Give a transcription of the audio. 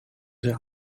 der